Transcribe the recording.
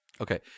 Okay